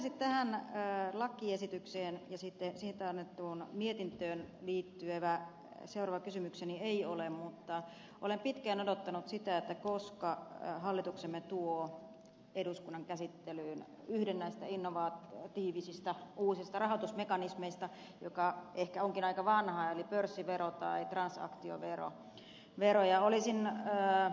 varsinaisesti tähän lakiesitykseen ja siitä annettuun mietintöön liittyvä seuraava kysymykseni ei ole mutta olen pitkään odottanut sitä koska hallituksemme tuo eduskunnan käsittelyyn yhden näistä innovatiivisista uusista rahoitusmekanismeista joka ehkä onkin aika vanha eli pörssivero tai transaktiovero